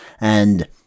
and-